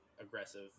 aggressive